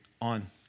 on